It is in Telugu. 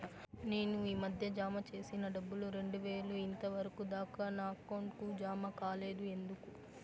నేను ఈ మధ్య జామ సేసిన డబ్బులు రెండు వేలు ఇంతవరకు దాకా నా అకౌంట్ కు జామ కాలేదు ఎందుకు?